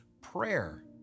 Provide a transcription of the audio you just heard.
prayer